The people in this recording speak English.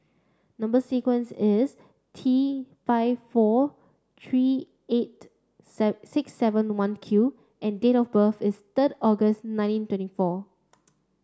number sequence is T five four three eight six seven one Q and date of birth is third August nineteen twenty four